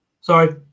Sorry